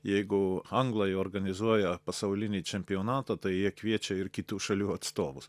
jeigu anglai organizuoja pasaulinį čempionatą tai jie kviečia ir kitų šalių atstovus